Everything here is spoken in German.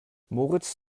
moritz